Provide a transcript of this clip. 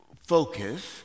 focus